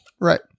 Right